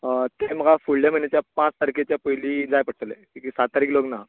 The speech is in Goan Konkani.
हय ते म्हाका फुडल्या म्हयन्याचा पांच तारखेच्या पयली जाय पडटले कि तें सात तारीख लग्न आसा